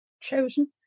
chosen